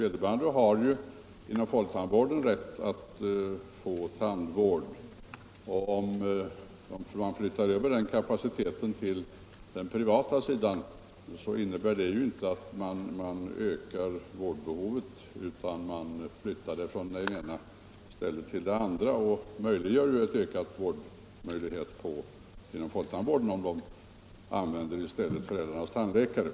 Vederbörande har ju rätt att få tandvård inom folktandvården. Om man flyttar över kapaciteten till den privata sidan, så innebär det inte att man ökar vårdbehovet utan att man flyttar det från ena stället till det andra. Det blir ökad vårdmöjlighet inom folktandvården om barnen i stället använder föräldrarnas tandläkare.